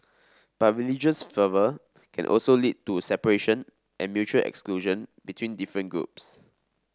but religious fervour can also lead to separation and mutual exclusion between different groups